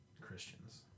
Christians